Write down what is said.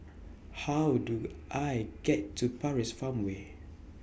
How Do I get to Paris Farmway